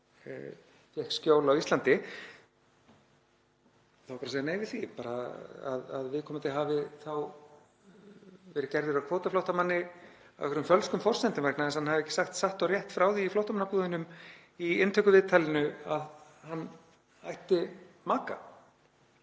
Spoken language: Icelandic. fékk skjól á Íslandi þá er bara sagt nei við því., að viðkomandi hafi þá verið gerður að kvótaflóttamanni á fölskum forsendum vegna þess að hann hafi ekki sagt satt og rétt frá því í flóttamannabúðunum í inntökuviðtalinu að hann ætti maka.